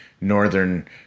northern